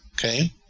okay